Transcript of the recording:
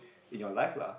in your life lah